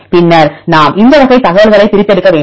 பின்னர் நாம் இந்த வகை தகவல்களைப் பிரித்தெடுக்க வேண்டும்